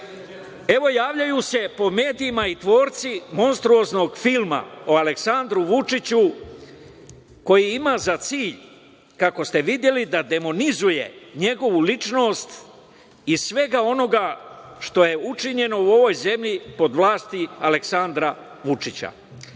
Evo, javljaju se po medijima i tvorci monstruoznog filma o Aleksandru Vučiću, koji ima za cilj, kako ste videli da demonizuje njegovu ličnost i svega onoga što je učinjeno u ovoj zemlji, pod vlasti Aleksandra Vučića. Ja